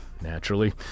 naturally